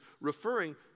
referring